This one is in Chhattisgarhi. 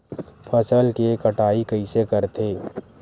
फसल के कटाई कइसे करथे?